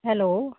hello